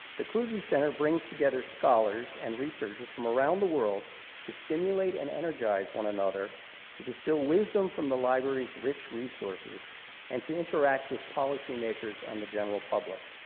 the kluge center brings together scholars and researchers from around the world to stimulate and energize one another to distill wisdom from the library's rich resources and to interact with policymakers and the general public.